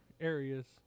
areas